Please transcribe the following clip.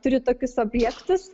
turi tokius objektus